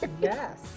Yes